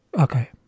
Okay